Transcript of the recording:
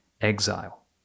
exile